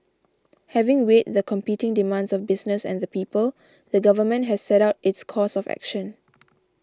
having weighed the competing demands of business and the people the government has set out its course of action